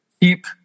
keep